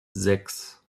sechs